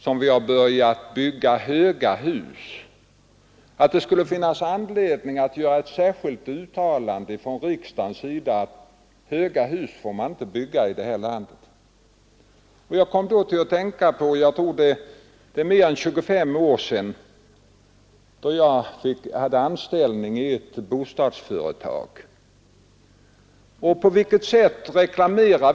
Jag ser det som någonting väldigt väsentligt i vår strävan att skapa bättre boendeförhållanden för de många människorna i vårt samhälle. Detta har jag velat understryka, för jag tycker inte att man skall ta en sådan här vittgående reform utan att notera det som ett steg framåt.